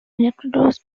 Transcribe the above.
electrodes